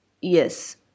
Yes